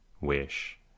wish